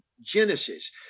Genesis